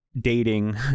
dating